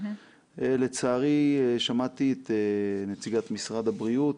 לצערי שמעתי את נציגת משרד הבריאות.